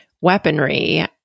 weaponry